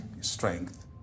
strength